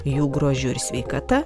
jų grožiu ir sveikata